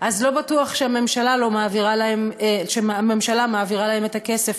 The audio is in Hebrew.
לא בטוח שהממשלה מעבירה להם את הכסף